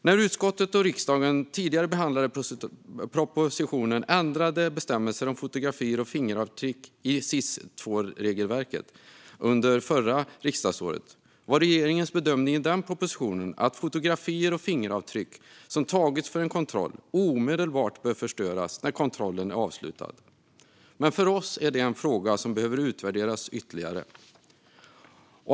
När utskottet och riksdagen tidigare behandlade propositionen Ändrade bestämmelser om fotografier och fingeravtryck i SIS II-regelverket , under det förra riksmötet var regeringens bedömning i den propositionen att fotografier och fingeravtryck som tagits för en kontroll omedelbart bör förstöras när kontrollen är avslutad. Men vi anser att det är en fråga som behöver utvärderas ytterligare.